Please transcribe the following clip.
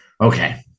okay